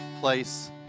place